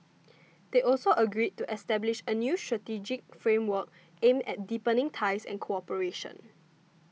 they also agreed to establish a new strategic framework aimed at deepening ties and cooperation